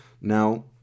Now